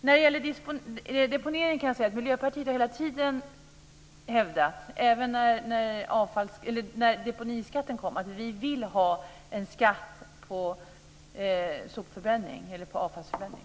När det gäller deponering vill jag säga att Miljöpartiet hela tiden har hävdat, även när deponiskatten kom, att vi vill ha en skatt på avfallsförbränning.